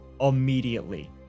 immediately